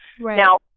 Now